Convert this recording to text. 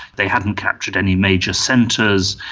they hadn't captured any major centres,